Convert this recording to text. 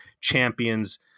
champions